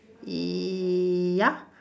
ya